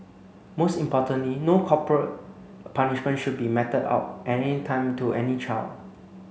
most importantly no corporal punishment should be meted out at any time to any child